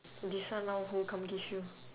this one lor who come kiss you